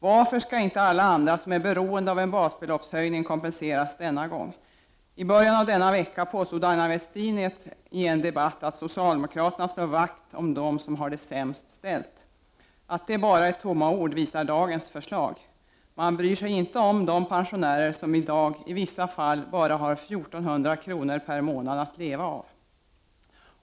Varför skall inte alla andra som är beroende av en basbeloppshöjning kompenseras denna gång? I början av denna vecka påstod Aina Westin i en debatt att socialdemokraterna slår vakt om dem som har det sämst ställt. Att det bara är tomma ord visar dagens förslag. De bryr sig inte om de pensionärer som i dag i vissa fall har endast 1400 kr. att leva på varje månad.